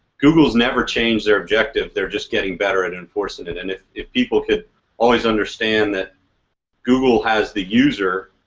google has never changed their objective, they're just getting better and enforcing it and if if people could always understand that google has the user.